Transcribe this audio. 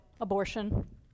abortion